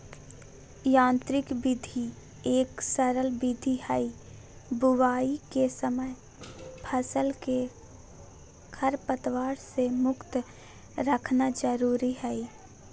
यांत्रिक विधि एक सरल विधि हई, बुवाई के समय फसल के खरपतवार से मुक्त रखना जरुरी हई